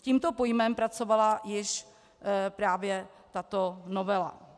S tímto pojmem pracovala již právě tato novela.